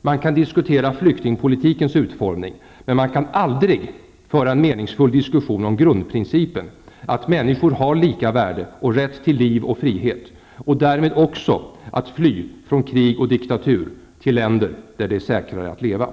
Man kan diskutera flyktingpolitikens utformning. Men man kan aldrig föra en meningsfull diskussion om grundprincipen -- att människor har lika värde och rätt till liv och frihet och därmed också att fly från krig och diktatur till länder där det är säkrare att leva.